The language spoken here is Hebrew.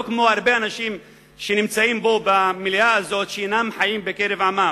שלא כמו הרבה אנשים שנמצאים במליאה הזאת אבל אינם חיים בקרב עמם.